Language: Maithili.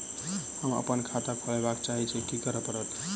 हम अप्पन खाता खोलब चाहै छी की सब करऽ पड़त?